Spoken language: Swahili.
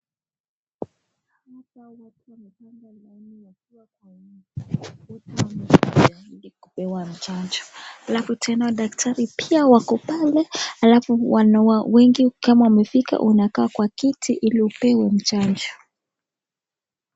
Hapa watu wamepanga laini wakiwa kwa wingi, wote wamepanga laini ili kupewa chanjo, alafu tena daktari pia wako pale alafu wanawa wengi kama wamefika unakaa kwa kiti ili upewe chanjo.